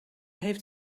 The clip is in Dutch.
heeft